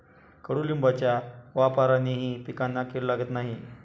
कडुलिंबाच्या वापरानेही पिकांना कीड लागत नाही